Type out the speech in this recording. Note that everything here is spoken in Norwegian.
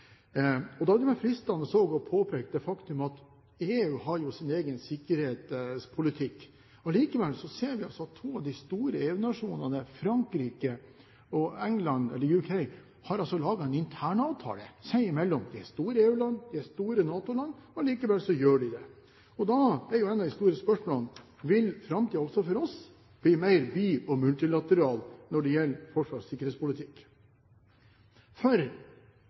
Da er det fristende også å påpeke det faktum at EU har jo sin egen sikkerhetspolitikk, og allikevel ser vi altså at to av de store EU-nasjonene, Frankrike og England – eller UK – har laget en internavtale seg imellom. De er store EU-land, de er store NATO-land, og allikevel gjør de det. Da er jo et av de store spørsmålene: Vil framtiden også for oss bli mer bi- og multilateral når det gjelder forsvars- og sikkerhetspolitikk? I disse dager har arbeidet med budsjettet for